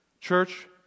Church